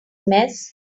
mess